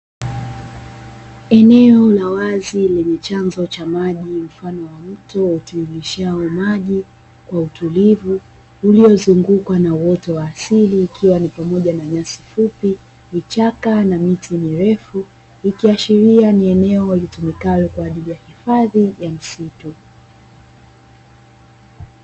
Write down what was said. Eneo la wazi lenye chanzo cha maji mfano mto utiririshao maji kwa utulivu, iliyozungukwa kwa uoto wa asilia ikiwa ni pamoja na: nyasi fupi, vichaka na miti mirefu. Ikiashiria ni eneo litumikalo kwa ajili ya hifadhi ya msitu.